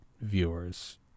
viewers